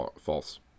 false